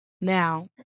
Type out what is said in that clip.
Now